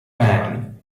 man